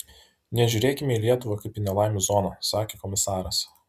nežiūrėkime į lietuvą kaip į nelaimių zoną sakė komisaras